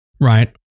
Right